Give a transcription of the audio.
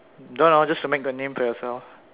don't know just to make the name for yourself